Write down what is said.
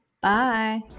Bye